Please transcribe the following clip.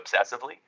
obsessively